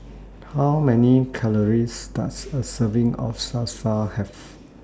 How Many Calories Does A Serving of Salsa Have